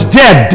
dead